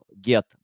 get